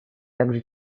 также